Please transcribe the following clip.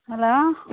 hello